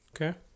Okay